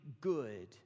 good